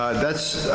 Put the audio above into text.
that's,